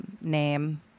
name